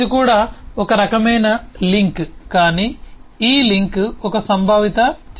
ఇది కూడా ఒక రకమైన లింక్ కాని ఈ లింక్ ఒక సంభావిత చిత్రం